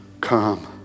come